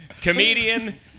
Comedian